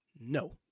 no